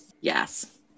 Yes